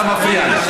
אתה מפריע לנו.